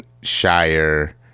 Shire